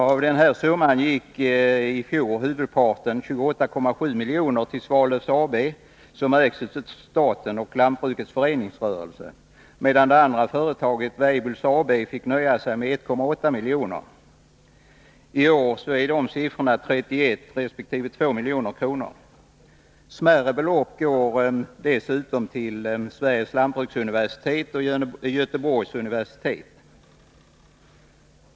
Av denna summa gick i fjol huvudparten, 28,7 milj.kr., till Svalöf AB, som ägs av staten och lantbrukets föreningsrörelse, medan det andra företaget, Weibull AB, fick nöja sig med 1,8 milj.kr. I år är dessa siffror 31 resp. 2 milj.kr. Smärre belopp går dessutom till Sveriges lantbruksuniversitet och Göteborgs universitet.